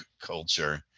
culture